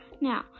now